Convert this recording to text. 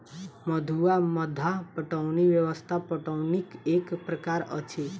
मद्दु वा मद्दा पटौनी व्यवस्था पटौनीक एक प्रकार अछि